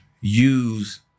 use